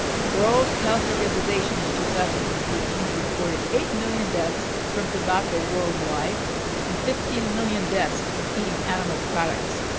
the world health organization in two thousand and eighteen reported eight million deaths from tobacco worldwide and fifteen million deaths from eating animal products,